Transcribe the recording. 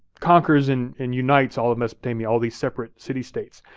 conquers and and unites all of mesopotamia, all of these separate city-states.